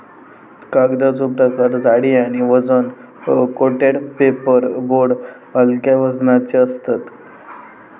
कागदाचो प्रकार जाडी आणि वजन कोटेड पेपर बोर्ड हलक्या वजनाचे असतत